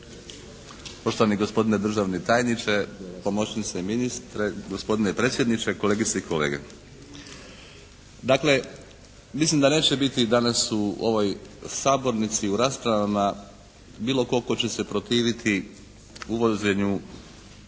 poštovani gospodine državni tajniče, pomoćnice ministra, gospodine predsjedniče, kolegice i kolege. Dakle, mislim da neće biti danas u ovoj sabornici u raspravama bilo kog tko će se protiviti uvođenju